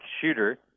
shooter